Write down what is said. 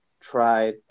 try